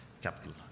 capital